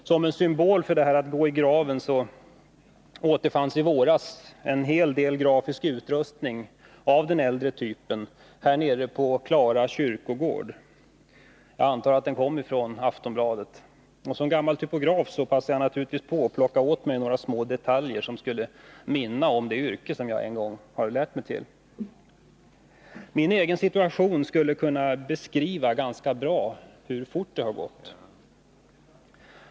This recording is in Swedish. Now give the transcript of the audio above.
Som en symbol för det återfanns i våras en heldel grafisk utrustning av den äldre typen här nere på Klara kyrkogård; jag antar att den kom från Aftonbladet. Som gammal typograf passar jag naturligtvis på att plocka åt mig några små detaljer som skulle minna om det yrke jag har lärt mig. Min egen situation skulle ganska bra kunna beskriva hur fort det har gått.